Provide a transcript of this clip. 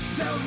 no